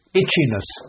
itchiness